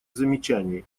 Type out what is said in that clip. замечаний